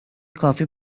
کافی